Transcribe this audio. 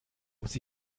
muss